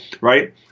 right